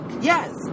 yes